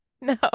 No